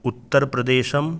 उत्तरप्रदेशः